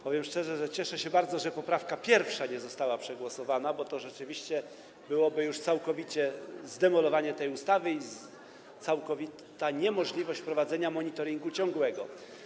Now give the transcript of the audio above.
Powiem szczerze, że cieszę się bardzo, że poprawka 1. nie została przegłosowana, bo to rzeczywiście byłoby już całkowite zdemolowanie tej ustawy i całkowita niemożliwość wprowadzenia ciągłego monitoringu.